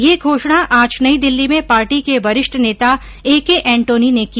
यह घोषणा आज नई दिल्ली में पार्टी के वरिष्ठ नेता एके एंटोनी ने की